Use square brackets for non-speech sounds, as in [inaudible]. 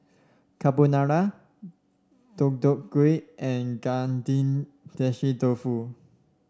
Carbonara Deodeok Gui and [unintelligible] dofu